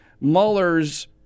Mueller's